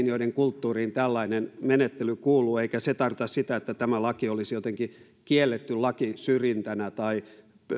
joiden kulttuuriin tällainen menettely kuuluu eikä se tarkoita sitä että tämä laki olisi jotenkin kielletty laki syrjintänä tai